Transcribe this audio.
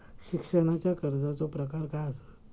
शिक्षणाच्या कर्जाचो प्रकार काय आसत?